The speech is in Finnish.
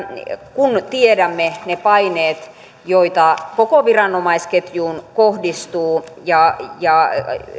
kun tiedämme ne paineet joita koko viranomaisketjuun kohdistuu ja ja